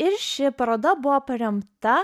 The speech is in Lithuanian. ir ši paroda buvo paremta